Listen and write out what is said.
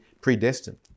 predestined